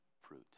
fruit